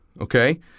okay